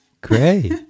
Great